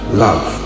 love